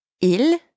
Il